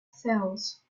cells